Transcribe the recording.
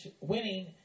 winning